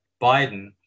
Biden